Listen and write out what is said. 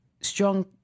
strong